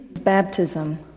baptism